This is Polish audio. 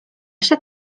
się